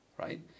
right